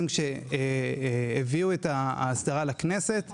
כשהביאו את ההסדרה לכנסת,